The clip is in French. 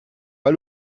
pas